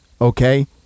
okay